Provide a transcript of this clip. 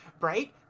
right